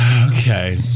Okay